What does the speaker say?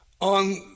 on